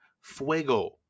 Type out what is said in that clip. fuego